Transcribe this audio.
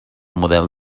model